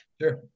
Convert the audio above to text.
Sure